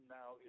now